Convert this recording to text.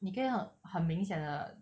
你可以很很明显的